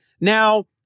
Now